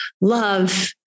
love